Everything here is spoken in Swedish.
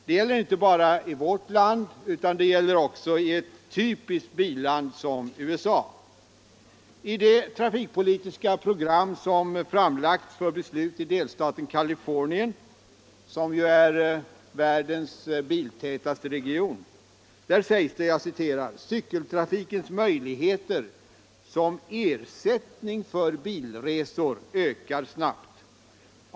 Det gäller inte bara i vårt land, utan också i ett typiskt billand som USA. I det trafikpolitiska program som framlagts för beslut i delstaten Kalifornien, som ju är världens biltätaste region, sägs det: ”Cykeltrafikens främja cykeltrafi möjligheter som ersättning för bilresor ökar snabbt.